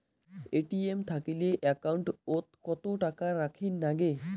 ATM থাকিলে account ওত কত টাকা রাখীর নাগে?